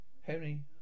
Henry